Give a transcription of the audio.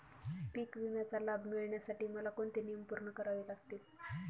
पीक विम्याचा लाभ मिळण्यासाठी मला कोणते नियम पूर्ण करावे लागतील?